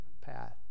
path